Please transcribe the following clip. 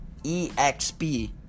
EXP